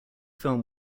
film